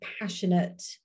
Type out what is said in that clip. passionate